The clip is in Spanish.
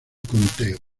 conteo